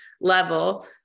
level